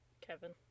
Kevin